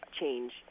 change